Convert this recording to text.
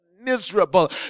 miserable